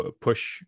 push